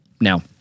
Now